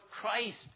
Christ